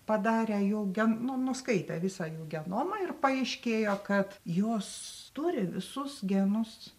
padarę jų gen nu nuskaitę visą jų genomą ir paaiškėjo kad jos turi visus genus